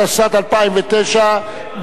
התשס"ט 2009,